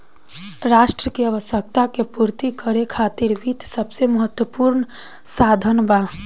राष्ट्र के आवश्यकता के पूर्ति करे खातिर वित्त सबसे महत्वपूर्ण साधन बा